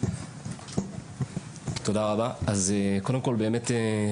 תודה רבה על הדיון